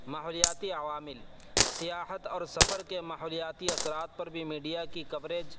ماحولیاتی عوامل سیاحت اور سفر کے ماحولیاتی اثرات پر بھی میڈیا کی کوریج